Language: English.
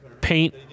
paint